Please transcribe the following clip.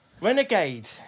Renegade